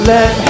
Let